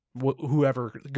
whoever